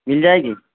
مل جائے گی